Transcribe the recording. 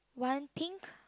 one pink